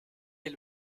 est